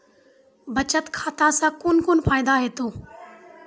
बचत खाता सऽ कून कून फायदा हेतु?